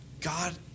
God